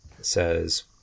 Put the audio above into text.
says